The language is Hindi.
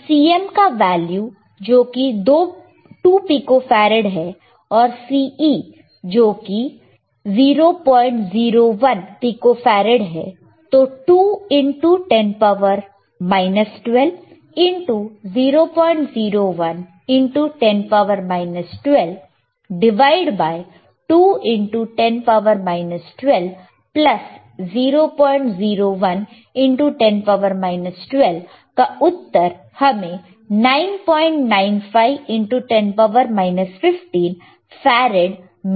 हम CM का वैल्यू जोकि 2 पिको फेरेड है और CE जोकि 001 पिको फेरेड है तो 2 into 10 12 into 001 into 10 12 divided by 2 into 10 12 plus 001 into 10 12 का उत्तर हमें 995 into 10 15 फैरड मिलता है